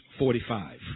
45